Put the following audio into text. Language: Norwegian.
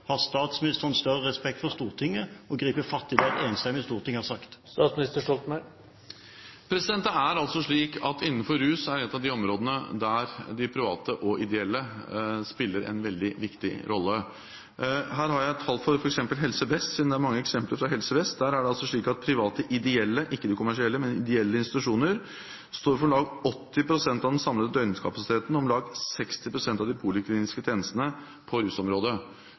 Har statsministeren større respekt for Stortinget og vil gripe fatt i det et enstemmig storting har sagt? Det er altså slik at rusbehandling er et av de områdene der private og ideelle spiller en veldig viktig rolle. Her har jeg f.eks. tall fra Helse Vest, siden det er mange eksempler fra Helse Vest. Der er det slik at private ideelle – ikke kommersielle institusjoner står for om lag 80 pst. av den samlede døgnkapasiteten og om lag 60 pst. av de polikliniske tjenestene på rusområdet.